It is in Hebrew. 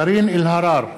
קארין אלהרר,